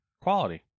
quality